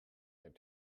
their